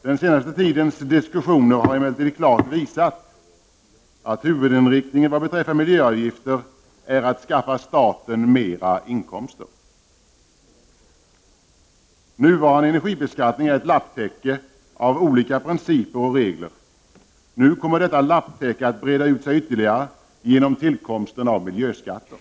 Den senaste tidens diskussioner har emellertid klart visat att huvudinriktningen beträffande miljöavgifter är att dessa skall skaffa staten mera inkomster. Den nuvarande energibeskattningen är ett lapptäcke av olika principer och regler. Nu kommer detta lapptäcke att breda ut sig ytterligare genom tillkomsten av miljöskatter.